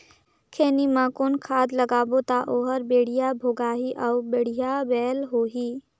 खैनी मा कौन खाद लगाबो ता ओहार बेडिया भोगही अउ बढ़िया बैल होही?